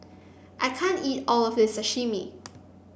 I can't eat all of this Sashimi